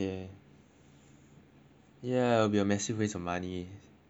ya it will be a massive waste of money